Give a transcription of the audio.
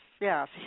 Yes